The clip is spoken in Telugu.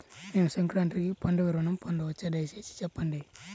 నేను సంక్రాంతికి పండుగ ఋణం పొందవచ్చా? దయచేసి చెప్పండి?